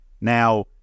Now